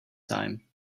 time